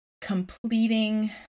completing